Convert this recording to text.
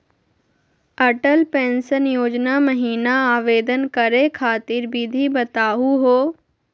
Atal pension योजना महिना आवेदन करै खातिर विधि बताहु हो?